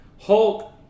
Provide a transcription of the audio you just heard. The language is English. Hulk